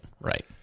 right